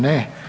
Ne.